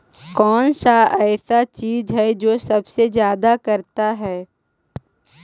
कौन सा ऐसा चीज है जो सबसे ज्यादा करता है?